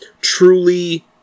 truly